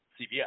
CBS